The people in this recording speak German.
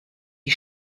die